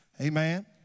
Amen